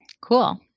Cool